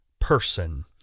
person